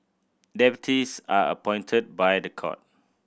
deputies are appointed by the court